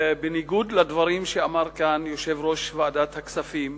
בניגוד לדברים שאמר כאן יושב-ראש ועדת הכספים,